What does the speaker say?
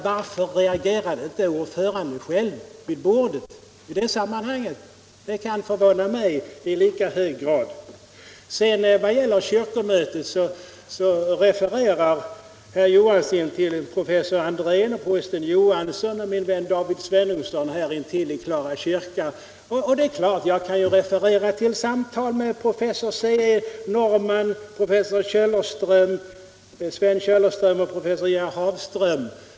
Varför reagerade inte ordföranden själv vid bordet inför denna underliga manöver från centerns sida? Det kan förvåna mig i lika hög grad. När det gäller kyrkomötet refererar herr Johansson till professor Andrén, prosten Johansson och min vän David Svenungsson i Klara kyrka. Jag kan referera till samtal med professorerna C-E. Normann, Sven Källerström och Gerhard Hafström.